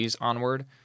onward